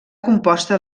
composta